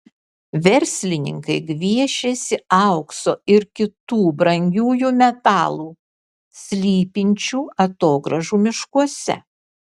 verslininkai gviešiasi aukso ir kitų brangiųjų metalų slypinčių atogrąžų miškuose